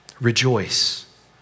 Rejoice